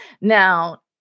now